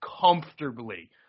comfortably